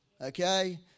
okay